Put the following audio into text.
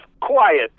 quiet